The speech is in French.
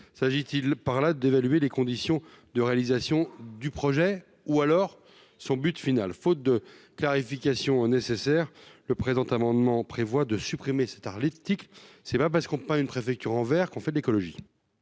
s'agit-il par là d'évaluer les conditions de réalisation du projet ou alors son but final faute de clarification nécessaire le présent amendement prévoit de supprimer 7 heures l'éthique, c'est pas parce qu'on peut pas une préfecture envers qu'on fait de l'écologie.